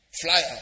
flyer